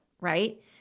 right